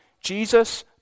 Jesus